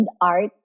art